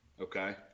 Okay